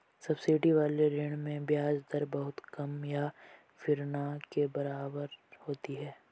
subsidy वाले ऋण में ब्याज दर बहुत कम या फिर ना के बराबर होती है